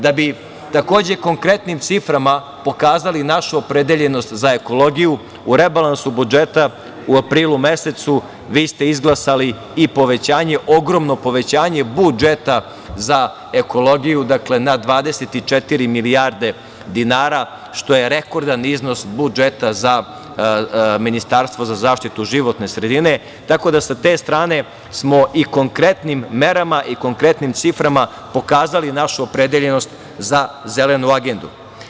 Da bi, takođe, konkretnim ciframa pokazali našu opredeljenost za ekologiju, u rebalansu budžeta u aprilu mesecu vi ste izglasali i povećanje, ogromno povećanje budžeta za ekologiju, dakle, na 24 milijarde dinara, što je rekordan iznos budžeta za Ministarstvo za zaštitu životne sredine, tako da sa te strane smo i konkretnim merama i konkretnim ciframa pokazali našu opredeljenost za zelenu agendu.